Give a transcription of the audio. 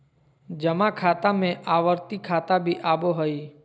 जमा खाता में आवर्ती खाता भी आबो हइ